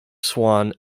swan